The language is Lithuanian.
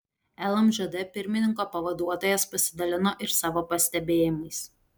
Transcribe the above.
lmžd pirmininko pavaduotojas pasidalino ir savo pastebėjimais